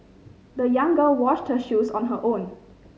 the young girl washed her shoes on her own